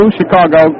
Chicago